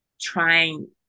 trying